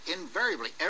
invariably